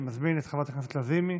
אני מזמין את חברת הכנסת לזימי